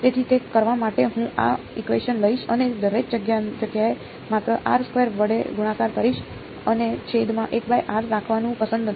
તેથી તે કરવા માટે હું આ ઇકવેશન લઈશ અને દરેક જગ્યાએ માત્ર વડે ગુણાકાર કરીશ મને છેદમાં રાખવાનું પસંદ નથી